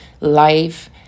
life